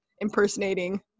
impersonating